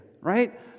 right